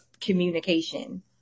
communication